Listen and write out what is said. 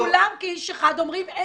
כולם כאיש אחד אומרים,